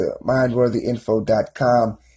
mindworthyinfo.com